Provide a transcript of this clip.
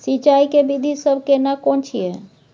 सिंचाई के विधी सब केना कोन छिये?